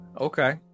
Okay